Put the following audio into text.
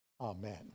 Amen